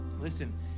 Listen